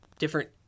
different